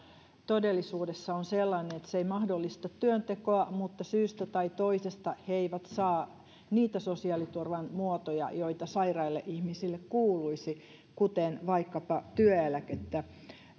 todellisuudessa on sellainen että se ei mahdollista työntekoa mutta syystä tai toisesta he eivät saa niitä sosiaaliturvan muotoja joita sairaille ihmisille kuuluisi kuten vaikkapa